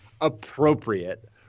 Appropriate